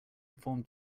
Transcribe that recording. inform